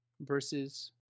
versus